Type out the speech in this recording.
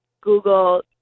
Google